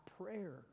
prayer